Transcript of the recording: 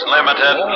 Limited